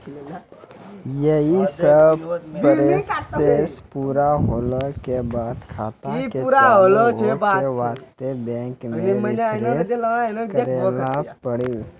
यी सब प्रोसेस पुरा होला के बाद खाता के चालू हो के वास्ते बैंक मे रिफ्रेश करैला पड़ी?